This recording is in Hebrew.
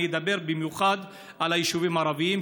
ואני אדבר במיוחד על היישובים הערביים,